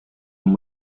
and